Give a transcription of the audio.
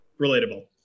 Relatable